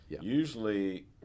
Usually